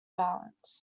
balance